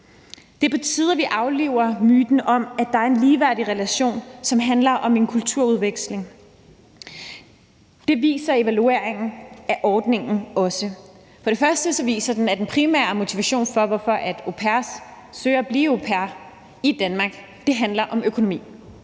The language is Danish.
er på tide, at vi afliver myten om, at der er en ligeværdig relation, som handler om en kulturudveksling. Det viser evalueringen af ordningen også. For det første viser den, at den primære motivation for, at au pairer søger at blive au pairer i Danmark, handler om økonomi;